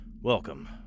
Welcome